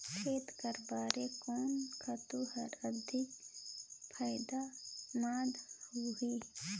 खेती करे बर कोन खातु हर अधिक फायदामंद होही?